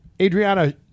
Adriana